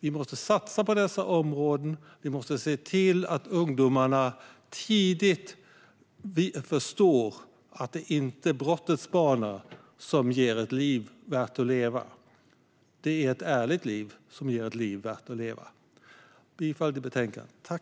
Vi måste satsa på dessa områden. Vi måste se till att ungdomarna tidigt förstår att det inte är brottets bana som ger ett liv värt att leva. Det är ett ärligt liv som ger ett liv värt att leva. Jag yrkar bifall till utskottets förslag.